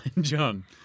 John